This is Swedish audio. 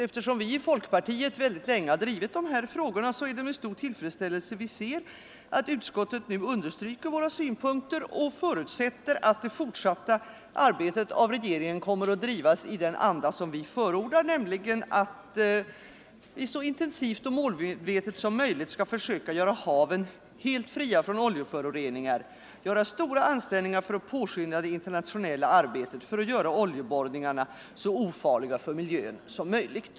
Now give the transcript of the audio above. Eftersom vi i folkpartiet mycket länge har drivit dessa frågor är det med stor tillfredsställelse — Vattenvård vi ser att utskottet nu understryker våra synpunkter och förutsätter att det fortsatta arbetet av regeringen kommer att drivas i den anda som vi förordar, nämligen att så intensivt och målmedvetet som möjligt söka göra haven helt fria från oljeföroreningar och göra stora ansträngningar för att påskynda det internationella arbetet på att göra oljeborrningarna så ofarliga för miljön som möjligt.